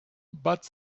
but